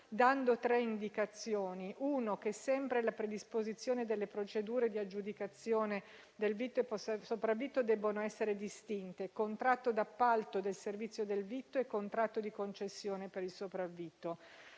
dando tre indicazioni. La prima è che sempre nella predisposizione, le procedure di aggiudicazione del vitto e sopravvitto debbono essere distinte: contratto d'appalto del servizio del vitto e contratto di concessione per il sopravvitto.